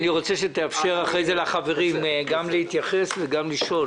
אני רוצה שתאפשר אחרי זה לחברים להתייחס ולשאול.